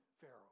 Pharaoh